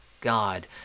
God